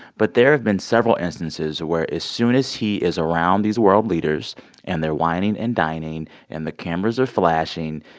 but there have been several instances where as soon as he is around these world leaders and they're wining and dining and the cameras are flashing,